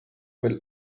will